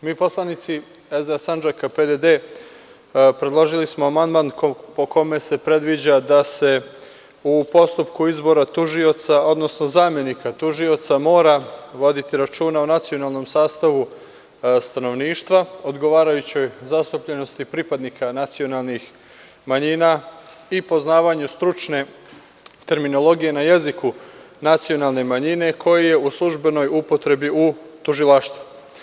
mi poslanici SDA Sandžaka - PDD, predložili smo amandman po kome se predviđa da se u postupku izbora tužioca, odnosno zamenika tužioca mora voditi računa o nacionalnom sastavu stanovništva, odgovarajućoj zastupljenosti pripadnika nacionalnih manjina i poznavanju stručne terminologije na jeziku nacionalne manjine koji je u službenoj upotrebni u tužilaštvu.